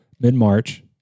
mid-March